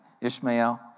Ishmael